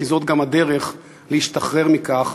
כי זו גם הדרך להשתחרר מכך